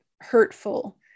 hurtful